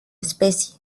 especie